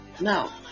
Now